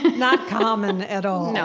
not common at all.